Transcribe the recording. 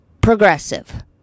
progressive